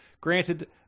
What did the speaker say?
granted